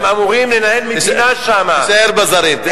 הם אמורים לנהל מדינה שם, תישאר בזרים.